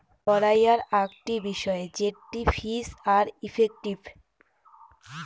পড়াইয়ার আকটি বিষয় জেটটি ফিজ আর ইফেক্টিভ